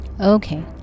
Okay